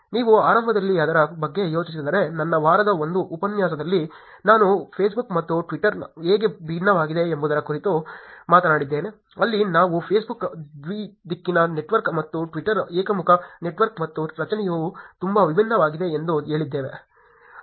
ನೀವು ಆರಂಭದಲ್ಲಿ ಅದರ ಬಗ್ಗೆ ಯೋಚಿಸಿದರೆ ನನ್ನ ವಾರದ 1 ಉಪನ್ಯಾಸದಲ್ಲಿ ನಾನು ಫೇಸ್ಬುಕ್ ಮತ್ತು ಟ್ವಿಟರ್ ಹೇಗೆ ಭಿನ್ನವಾಗಿದೆ ಎಂಬುದರ ಕುರಿತು ಮಾತನಾಡಿದ್ದೇನೆ ಅಲ್ಲಿ ನಾವು ಫೇಸ್ಬುಕ್ ದ್ವಿ ದಿಕ್ಕಿನ ನೆಟ್ವರ್ಕ್ ಮತ್ತು ಟ್ವಿಟರ್ ಏಕಮುಖ ನೆಟ್ವರ್ಕ್ ಮತ್ತು ರಚನೆಯು ತುಂಬಾ ವಿಭಿನ್ನವಾಗಿದೆ ಎಂದು ಹೇಳಿದ್ದೇವೆ